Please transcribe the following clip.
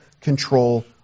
control